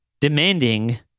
Demanding